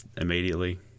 immediately